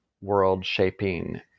world-shaping